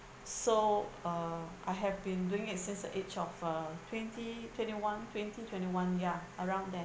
so uh I have been doing it since the age of uh twenty twenty one twenty twenty one ya around there